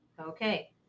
Okay